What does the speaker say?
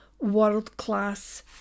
world-class